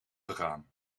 gegaan